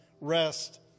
rest